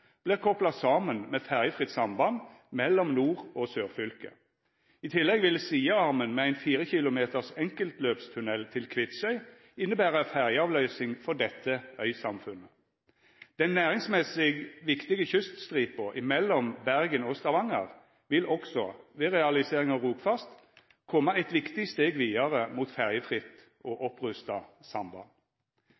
kopla saman med ferjefritt samband mellom nord- og sørfylket. I tillegg vil sidearmen med ein 4 km enkeltløpstunnel til Kvitsøy innebera ferjeavløysing for dette øysamfunnet. Den næringsmessig viktige kyststripa mellom Bergen og Stavanger vil også, ved realisering av Rogfast, koma eit viktig steg vidare mot ferjefritt